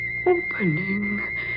Opening